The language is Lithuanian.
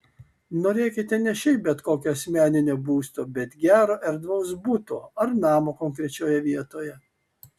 norėkite ne šiaip bet kokio asmeninio būsto bet gero erdvaus buto ar namo konkrečioje vietoje